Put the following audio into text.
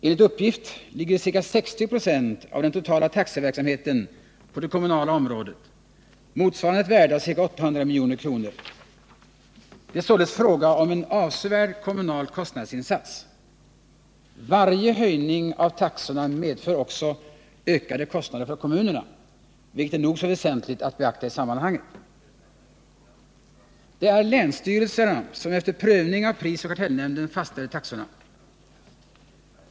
Enligt uppgift ligger ca 60 96 av den totala taxiverksamheten på det kommunala området, motsvarande ett värde av ca 800 milj.kr. Det är således fråga om en avsevärd kommunal kostnadsinsats. Varje höjning av taxorna medför alltså ökade kostnader för kommunerna, vilket är nog så väsentligt att beakta i sammanhanget. Det är länsstyrelserna som efter prövning av prisoch kartellnämnden fastställer taxorna.